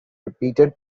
repeated